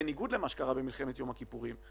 בניגוד למה שקרה במלחמת יום הכיפורים,